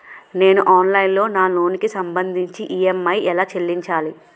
నేను ఆన్లైన్ లో నా లోన్ కి సంభందించి ఈ.ఎం.ఐ ఎలా చెల్లించాలి?